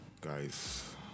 guys